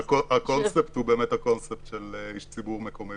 שהקונספט הוא באמת הקונספט של איש ציבור מקומי,